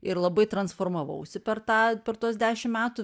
ir labai transformavausi per tą per tuos dešim metų